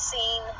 Seen